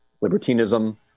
libertinism